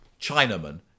Chinaman